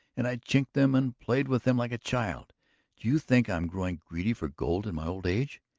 and i chinked them and played with them like a child! do you think i am growing greedy for gold in my old age.